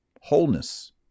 Wholeness